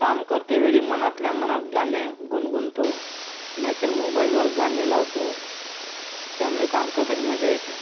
काम करतेवेळी मनातल्या मनात गाणे गुणगुणतो नाहीतर मोबाईलवर गाणे लावतो त्यामुळे काम करताना मजा येते